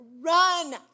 run